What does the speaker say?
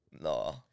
No